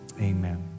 amen